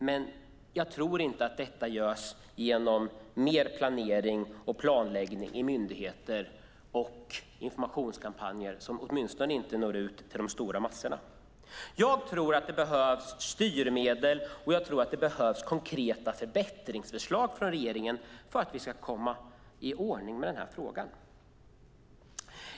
Men jag tror inte att detta sker genom mer planering och planläggning i myndigheter och informationskampanjer som inte når ut till de stora massorna. Jag tror att det behövs styrmedel, och jag tror att det behövs konkreta förbättringsförslag från regeringen för att vi ska komma i ordning med frågan.